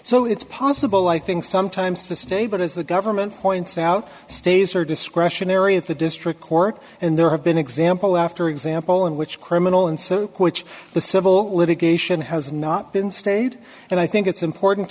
so it's possible i think sometimes to stay but as the government points out stays are discretionary at the district court and there have been example after example in which criminal and so which the civil litigation has not been stayed and i think it's important